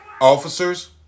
officers